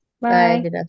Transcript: Bye